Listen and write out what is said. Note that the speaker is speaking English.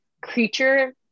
creature